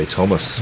Thomas